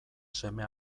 seme